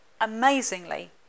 Amazingly